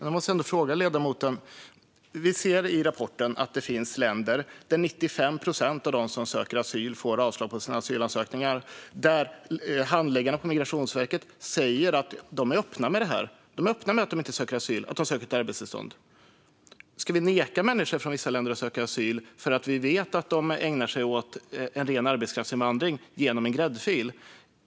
Fru talman! Jag måste ändå ställa en fråga till ledamoten. Vi ser i rapporten att det finns sökande från länder där 95 procent av dem som söker asyl får avslag på sina ansökningar. Handläggarna på Migrationsverket säger att dessa människor är öppna med att de inte söker asyl utan ett arbetstillstånd. Ska vi neka människor från vissa länder att söka asyl för att vi vet att de ägnar sig åt en ren arbetskraftsinvandring genom en gräddfil?